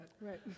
Right